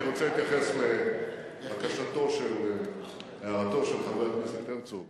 אני רוצה להתייחס להערתו של חבר הכנסת הרצוג